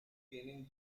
tienen